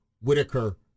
Whitaker